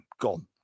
gone